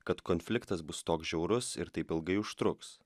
kad konfliktas bus toks žiaurus ir taip ilgai užtruks